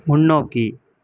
முன்னோக்கி